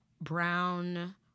brown